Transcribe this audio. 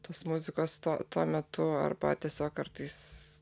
tos muzikos to tuo metu arba tiesiog kartais